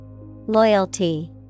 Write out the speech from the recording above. Loyalty